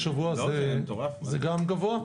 הוא יידע שזה הרב עמר, זה הרב של ירושלים.